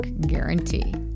guarantee